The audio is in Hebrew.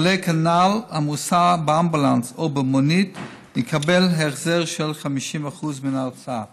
חולה כנ"ל המוסע באמבולנס או במונית יקבל החזר של 50% מן ההוצאה".